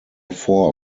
four